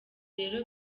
rero